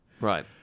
Right